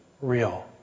Real